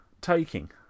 taking